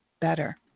better